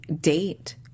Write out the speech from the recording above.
date